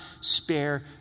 spare